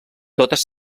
totes